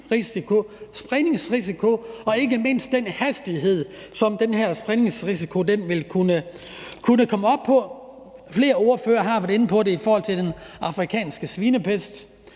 og ikke mindst den hastighed, som den her spredning ville kunne komme op på. Flere ordførere har været inde på det i forhold til den afrikanske svinepest.